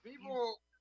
People